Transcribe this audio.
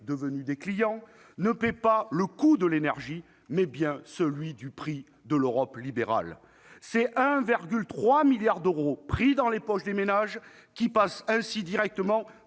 devenus des clients, paient non pas le coût de l'énergie, mais bien le prix de l'Europe libérale. Ce sont 1,3 milliard d'euros pris dans les poches des ménages qui passent ainsi directement